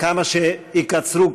כמה שיקצרו,